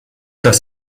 das